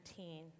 19